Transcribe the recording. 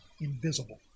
invisible